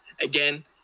Again